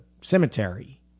cemetery